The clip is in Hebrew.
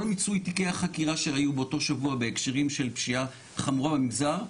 כל מיצוי תיקי החקירה שהיו באותו שבוע בהקשרים של פשיעה חמורה במגזר.